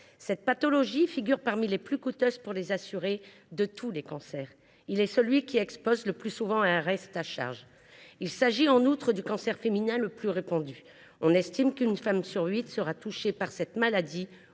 Cette pathologie figure parmi les plus coûteuses pour les assurées. De tous les cancers, il est celui qui expose le plus souvent à un reste à charge. Il s’agit en outre du cancer féminin le plus répandu : on estime qu’une femme sur huit sera touchée par cette maladie